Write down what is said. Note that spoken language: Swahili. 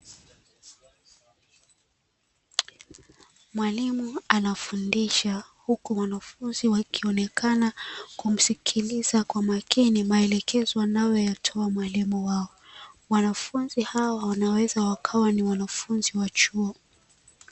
Mwalimu anafundisha, huku wanafunzi wakionekana kumsikiliza kwa makini maelekezo anayotoa mwalimu wao. Wanafunzi hawa wanaweza wakawa ni wanafunzi wa chuo.